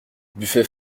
buffet